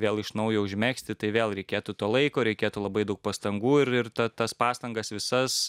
vėl iš naujo užmegzti tai vėl reikėtų to laiko reikėtų labai daug pastangų ir ir ta tas pastangas visas